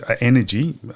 energy